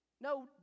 No